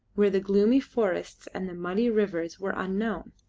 where the gloomy forests and the muddy rivers were unknown.